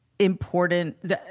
important